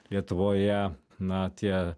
lietuvoje na tie